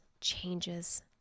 changes